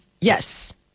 Yes